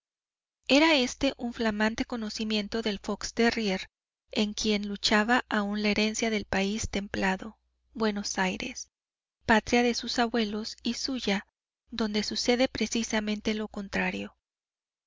era éste un flamante conocimiento del fox terrier en quien luchaba aún la herencia del país templado buenos aires patria de sus abuelos y suya donde sucede precisamente lo contrario